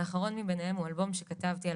האחרון מבניהם הוא אלבום שכתבתי על